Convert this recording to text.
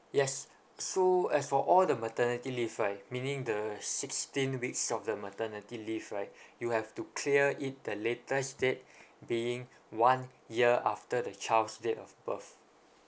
yes so as for all the maternity leave right meaning the sixteen weeks of the maternity leave right you have to clear it the latest date being one year after the child's date of birth